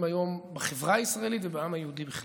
היום בחברה הישראלית ובעם היהודי בכלל,